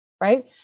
Right